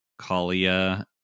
Kalia